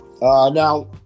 Now